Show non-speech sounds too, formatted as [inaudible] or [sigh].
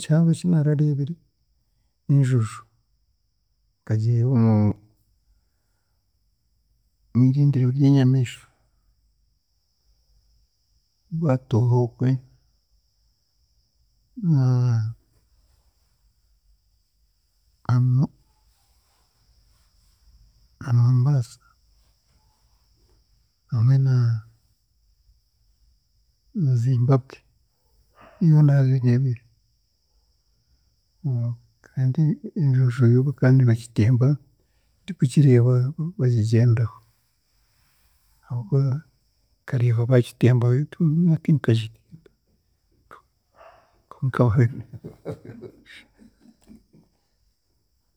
Kihango eki naarareebire, n'enjojo nkagireeba omu omwirindiro ry'enyamiishwa ogwa Tooro okwe [hesitation] namu na Mombasa hamwe na Zimbabwe, niyo naagireebire [hesitation] kandi enjojo yo bakaanibagitemba ndikugireeba bagigyendaho, ahabw'okuba nkareeba baagitembaho. [unintelligible] [laughs]